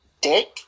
dick